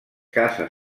casa